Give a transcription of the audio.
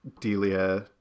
Delia